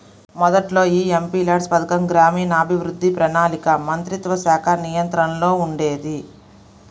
మొదట్లో యీ ఎంపీల్యాడ్స్ పథకం గ్రామీణాభివృద్ధి, ప్రణాళికా మంత్రిత్వశాఖ నియంత్రణలో ఉండేది